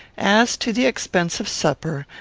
as to the expense of supper,